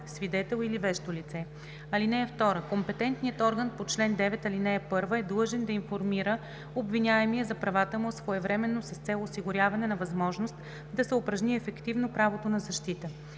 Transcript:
свидетел или вещо лице. (2) Компетентният орган по чл. 9, ал. 1 е длъжен да информира обвиняемия за правата му своевременно с цел осигуряване на възможност да се упражни ефективно правото на защита.